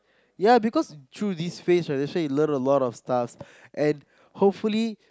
ya because through this phase right I'm sure he learn a lot of stuff and hopefully